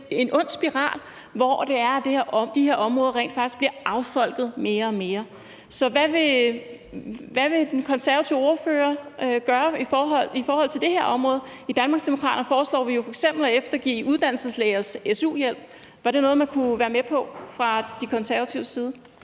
det er en ond spiral, hvor de her områder rent faktisk bliver affolket mere og mere. Så hvad vil den konservative ordfører gøre på det her område? I Danmarksdemokraterne foreslår vi jo f.eks. at eftergive uddannelseslægers su-gæld. Var det noget, man kunne være med på fra De Konservatives side?